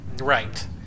Right